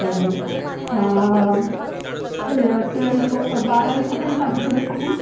बरं ते ट्वेल्थ बारावी कुठून पास केली तुम्ही